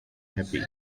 happy